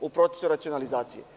U procesu racionalizacije.